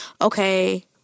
okay